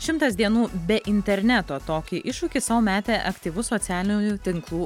šimtas dienų be interneto tokį iššūkį sau metė aktyvus socialinių tinklų